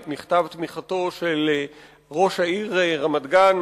את מכתב התמיכה של ראש העיר רמת-גן,